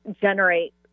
generate